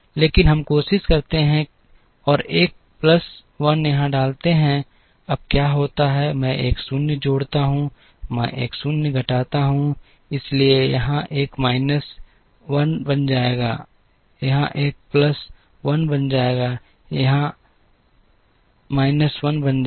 लेकिन हम कोशिश करते हैं और एक प्लस 1 यहां डालते हैं अब क्या होता है मैं एक 0 जोड़ता हूं मैं एक 0 घटाता हूं इसलिए यह यहां 1 माइनस 1 बन जाएगा यहां एक प्लस 1 बन जाएगा यह यहां माइनस 1 बन जाएगा